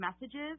messages